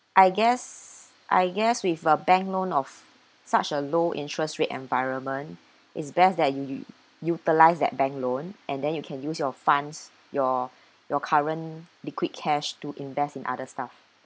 I guess I guess with a bank loan of such a low interest rate environment is best that you you utilize that bank loan and then you can use your funds your your current liquid cash to invest in other stuff